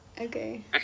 okay